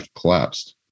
collapsed